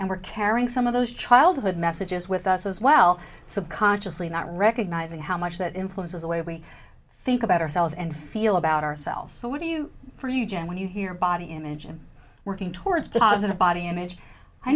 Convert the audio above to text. and we're carrying some of those childhood messages with us as well subconsciously not recognizing how much that influences the way we think about ourselves and feel about ourselves so what do you for you jan when you hear body image i'm working towards positive body image i